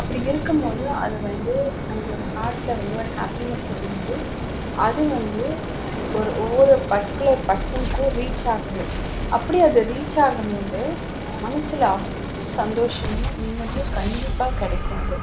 அப்படி இருக்கும் போது அது வந்து நம்மளோட ஹார்ட்டில் வந்து ஒரு ஹாப்பினஸ்ஸை கொடுத்து அது வந்து ஒரு ஒவ்வொரு பர்டிக்குலர் பர்சனுக்கும் ரீச் ஆகுது அப்படி அது ரீச் ஆக போது மனதில் அவ்வளோ சந்தோஷமும் நிம்மதியும் கண்டிப்பாக கிடைக்கும் அது